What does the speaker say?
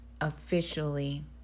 officially